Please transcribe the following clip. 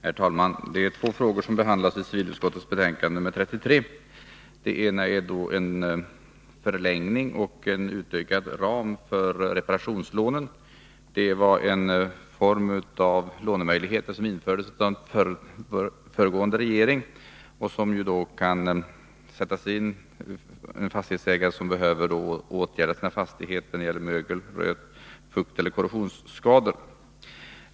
Herr talman! Två frågor behandlas i civilutskottets betänkande nr 33. Den ena frågan gäller förlängning av och utökad ram för reparationslånen, en lånemöjlighet som infördes av den tidigare regeringen. Lånen kan användas av fastighetsägare som t.ex. behöver vidta åtgärder då det gäller mögel-, röt-, fuktoch korrosionsskador.